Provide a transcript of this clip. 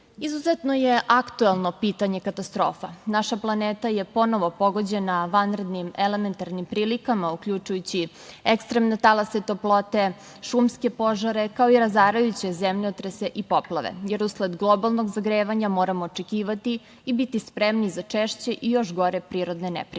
je aktuelno pitanje katastrofa. Naša planeta je ponovo pogođena vanrednim elementarnim prilikama uključujući i ekstremne talase toplote, šumske požare, kao i razarajuće zemljotrese i poplave, jer usled globalnog zagrevanja moramo očekivati i biti spremni za češće i još gore prirodne neprilike. Sve